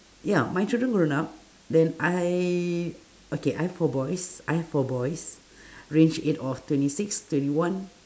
ya my children grown up then I okay I have four boys I have four boys range age of twenty six twenty one